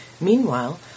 Meanwhile